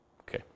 Okay